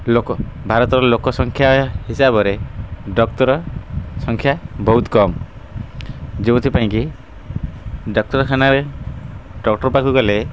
ଲୋକ ଭାରତର ଲୋକ ସଂଖ୍ୟା ହିସାବରେ ଡକ୍ଟର ସଂଖ୍ୟା ବହୁତ କମ୍ ଯେଉଁଥିପାଇଁକି ଡାକ୍ତରଖାନାରେ ଡକ୍ଟର ପାଖକୁ ଗଲେ